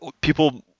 people